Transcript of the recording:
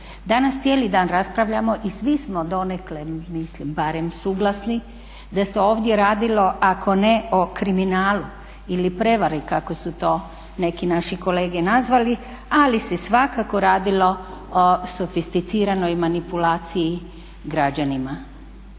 Danas cijeli dan raspravljamo i svi smo donekle mislim barem suglasni da se ovdje radilo ako ne o kriminalu ili prevari kako su to neki naši kolege nazvali, ali se svakako radilo o sofisticiranoj manipulaciji građanima.